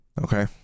Okay